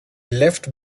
left